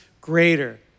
greater